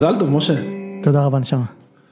תודה רבה נשמה.